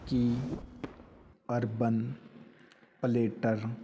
Ki urban platter